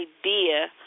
idea